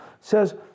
says